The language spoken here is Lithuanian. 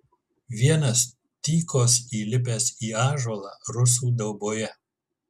vienas tykos įlipęs į ąžuolą rusų dauboje